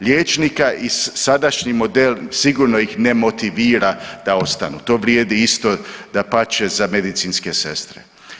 liječnika i sadašnji model sigurno ih ne motivira da ostanu, to vrijedi isto dapače za medicinske sestre.